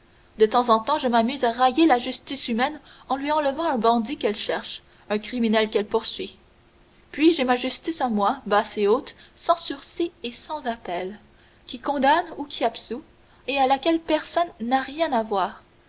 de temps en temps je m'amuse à railler la justice humaine en lui enlevant un bandit qu'elle cherche un criminel qu'elle poursuit puis j'ai ma justice à moi basse et haute sans sursis et sans appel qui condamne ou qui absout et à laquelle personne n'a rien à voir